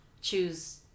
choose